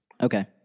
Okay